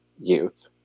youth